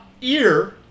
ear